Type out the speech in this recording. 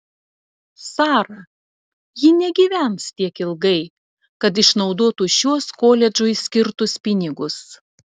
sara ji negyvens tiek ilgai kad išnaudotų šiuos koledžui skirtus pinigus